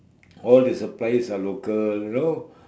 all the suppliers are local you know